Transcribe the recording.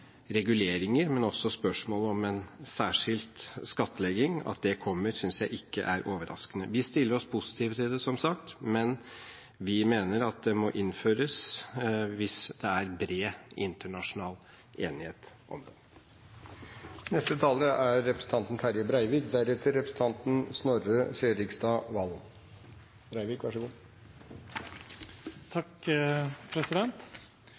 reguleringer og spørsmål om en særskilt skattlegging. At det kommer, synes jeg ikke er overraskende. Vi stiller oss positive til det, som sagt, men vi mener at det må innføres, hvis det er bred internasjonal enighet om det.